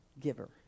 giver